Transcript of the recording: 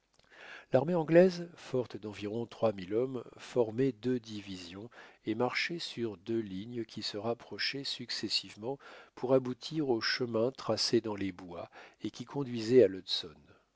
l'armée anglaise forte d'environ trois mille hommes formait deux divisions et marchait sur deux lignes qui se rapprochaient successivement pour aboutir au chemin tracé dans les bois et qui conduisait à l'hudson